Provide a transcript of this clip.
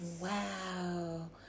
wow